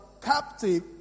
Captive